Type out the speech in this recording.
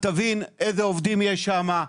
תבין איזה עובדים יש שמה,